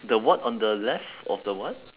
the what on the left of the what